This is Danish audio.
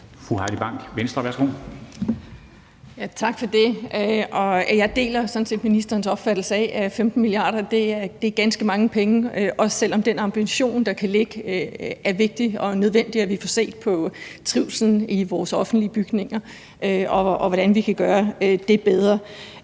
Heidi Bank (V): Tak for det. Jeg deler sådan set ministerens opfattelse af, at 15 mia. kr. er ganske mange penge, også selv om den ambition, der kan ligge, er vigtig, og det er nødvendigt, at vi får set på trivslen i vores offentlige bygninger og på, hvordan vi kan gøre det bedre.